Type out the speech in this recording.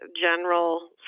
general